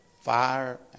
fire